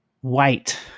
White